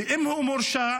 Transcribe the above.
ואם הוא מורשע,